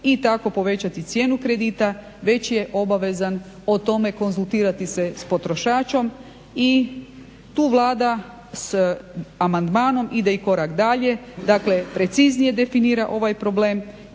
i tako povećati cijenu kredita, već je obavezan o tome konzultirati se s potrošačem. I tu Vlada s amandmanom ide i korak dalje, dakle preciznije definira ovaj problem